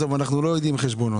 אנחנו לא יודעים חשבונות.